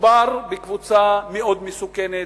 מדובר בקבוצה מאוד מסוכנת,